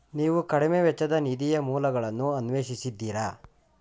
ನೀವು ಕಡಿಮೆ ವೆಚ್ಚದ ನಿಧಿಯ ಮೂಲಗಳನ್ನು ಅನ್ವೇಷಿಸಿದ್ದೀರಾ?